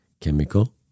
chemical